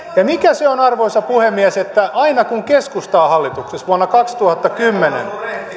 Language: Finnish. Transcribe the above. mikä se on arvoisa puhemies että aina kun keskusta on hallituksessa vuonna kaksituhattakymmenen